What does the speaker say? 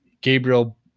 Gabriel